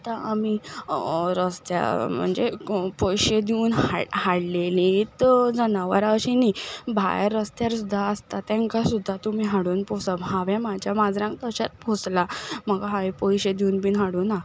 आतां आमी रस्त्यार म्हणजे पयशे दिवून हाड हाडलेलींच जनावरां अशीं न्ही भायर रस्त्यार सुद्दां आसतात तेंकां सुद्दां तुमी हाडून पोसप हांवें म्हाज्या माजरांक तशेंच पोसलां म्हाका हांवें पयशे दिवन बीन हाडुना